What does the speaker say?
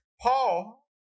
Paul